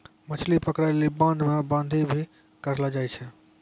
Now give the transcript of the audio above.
मछली पकड़ै लेली बांध मे बांधी भी करलो जाय छै